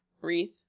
wreath